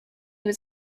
was